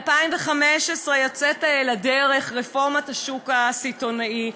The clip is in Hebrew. ב-2015 יצאה לדרך רפורמת השוק הסיטונאי,